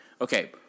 Okay